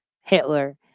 Hitler